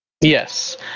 Yes